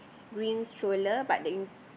green stroller but the in